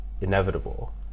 inevitable